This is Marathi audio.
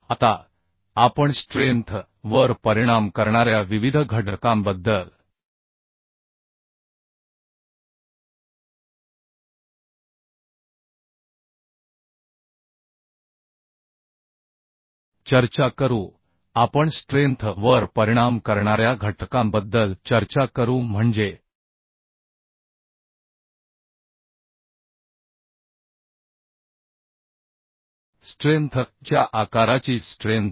आता आपण स्ट्रेंथ वर परिणाम करणाऱ्या विविध घटकांबद्दल चर्चा करू आपण स्ट्रेंथ वर परिणाम करणाऱ्या घटकांबद्दल चर्चा करू म्हणजे स्ट्रेंथ च्या आकाराची स्ट्रेंथ